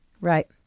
Right